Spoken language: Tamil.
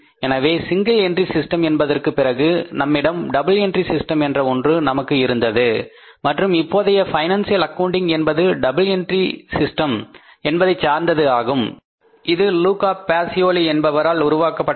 எனவே சிங்கிள் என்ட்ரி சிஸ்ட என்பதற்கு பிறகு நம்மிடம் டபுள் என்ட்ரி சிஸ்டம் என்ற ஒன்று நமக்கு இருந்தது மற்றும் இப்போதைய பைனான்சியல் அக்கவுண்டிங் என்பது டபுள் என்ட்ரி சிஸ்டம் என்பதைச் சார்ந்தது ஆகும் இது லூக்கா பேசியோலி என்பவரால் உருவாக்கப்பட்டது